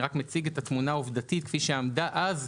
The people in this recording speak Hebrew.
אני רק מציג את התמונה העובדתית כפי שעמדה אז,